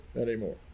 anymore